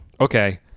Okay